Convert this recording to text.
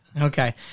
Okay